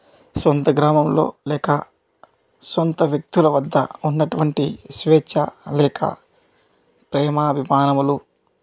సొంత గ్రామంలో లేక సొంత వ్యక్తుల వద్ద ఉన్నటువంటి స్వేచ్ఛ లేక ప్రేమాభిమానములు